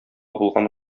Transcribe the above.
булган